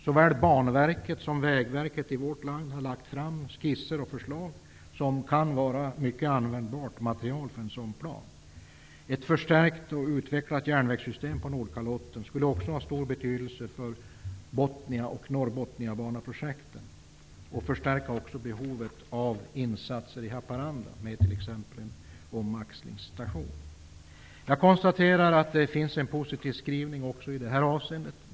Såväl Banverket som Vägverket har lagt fram skisser och förslag som kan vara ett mycket användbart material för en sådan plan. Ett förstärkt och utvecklat järnvägssystem på Nordkalotten skulle också ha stor betydelse för Bothnia och Norrbothniaprojekten. Det skulle också förstärka behovet av insatser i Haparanda, exempelvis av en omaxlingsstation. Jag konstaterar att skrivningen är positiv också i detta avseende.